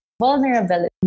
vulnerability